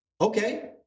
Okay